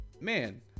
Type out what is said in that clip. man